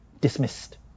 dismissed